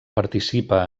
participa